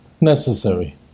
necessary